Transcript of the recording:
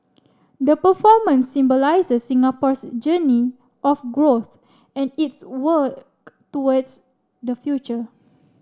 the performance symbolises Singapore's journey of growth and its work towards the future